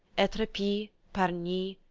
etrepy, pargny,